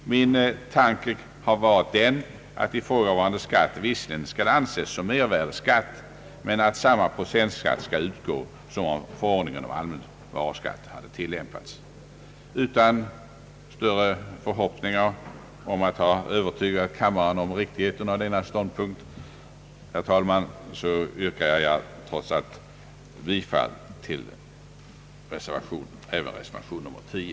Min tanke har varit den att ifrågavarande skatt visserligen skall anses som mervärdeskatt men att samma procentsats skall utgå som om förordningen om allmän varuskatt hade tillämpats. Utan större förhoppningar om att ha lyckats övertyga kammaren om riktigheten i denna ståndpunkt, herr talman, yrkar jag trots allt bifall även till reservation nr 10.